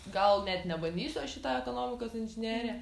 gal net nebandysiu aš į tą ekonomikos inžineriją